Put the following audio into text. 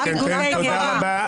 תודה רבה.